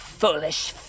Foolish